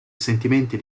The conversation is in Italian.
sentimenti